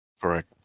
correct